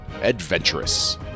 Adventurous